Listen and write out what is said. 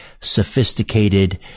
sophisticated